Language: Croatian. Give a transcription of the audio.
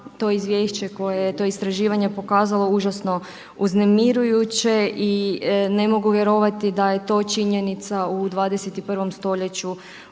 to izvješće koje je to istraživanje pokazalo užasno uznemirujuće i ne mogu vjerovati da je to činjenica u 21. st. u